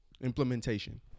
Implementation